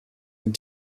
and